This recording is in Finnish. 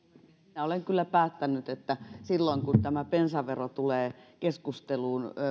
minä olen kyllä päättänyt että silloin kun bensavero tulee keskusteluun